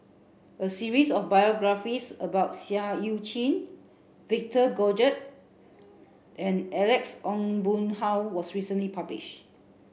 a series of biographies about Seah Eu Chin Victor Doggett and Alex Ong Boon Hau was recently publish